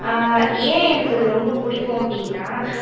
ஏன் எனக்கு அது ரொம்ப பிடிக்கும் அப்படினா